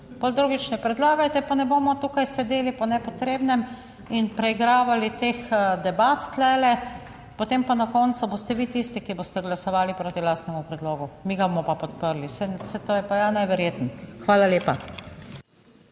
Potem drugič ne predlagajte, pa ne bomo tukaj sedeli po nepotrebnem in preigravali teh debat tule, potem pa na koncu boste vi tisti, ki boste glasovali proti lastnemu predlogu, mi ga bomo pa podprli. Saj to je pa ja neverjetno. Hvala lepa.